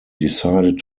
decided